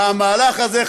המהלך הזה,